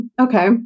okay